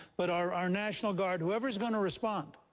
but our our national guard, whoever is going to respond,